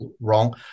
wrong